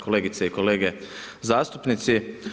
Kolegice i kolege zastupnici.